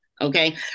okay